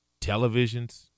Televisions